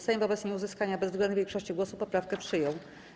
Sejm wobec nieuzyskania bezwzględnej większości głosów poprawkę przyjął.